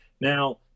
Now